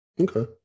okay